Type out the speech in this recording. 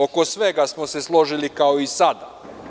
Oko svega smo se složili, kao i sada.